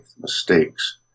mistakes